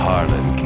Harlan